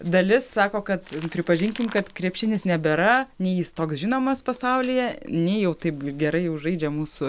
dalis sako kad pripažinkim kad krepšinis nebėra nei toks žinomas pasaulyje nei jau taip gerai jau žaidžia mūsų